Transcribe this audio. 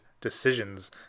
decisions